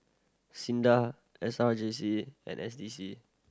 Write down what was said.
SINDA S R J C and S D C